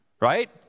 right